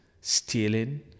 stealing